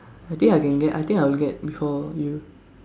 I think I can get I think I will get before you